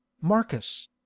marcus